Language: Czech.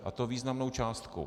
A to významnou částkou.